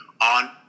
on